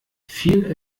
viel